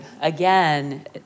Again